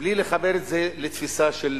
בלי לחבר את זה לתפיסה של